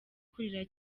kurira